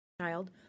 child